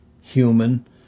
human